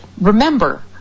remember